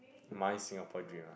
my Singapore dream ah